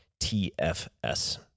TFS